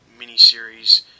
miniseries